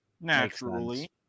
naturally